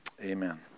Amen